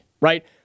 Right